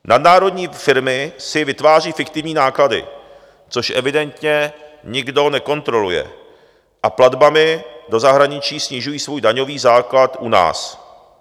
Nadnárodní firmy si vytvářejí fiktivní náklady, což evidentně nikdo nekontroluje, a platbami do zahraničí snižují svůj daňový základ u nás.